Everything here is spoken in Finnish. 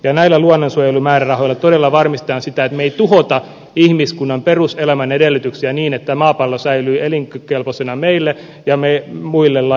ja näillä luonnonsuojelumäärärahoilla todella varmistetaan sitä että me emme tuhoa ihmiskunnan elämän perusedellytyksiä että maapallo säilyy elinkelpoisena meille ja muille lajeille